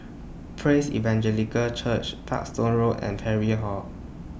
Praise Evangelical Church Parkstone Road and Parry Hall